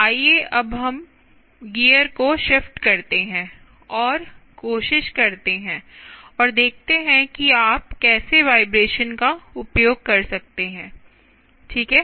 आइए अब हम गियर को शिफ्ट करते हैं और कोशिश करते हैं और देखते हैं कि आप कैसे वाइब्रेशन का उपयोग कर सकते हैं ठीक है